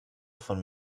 von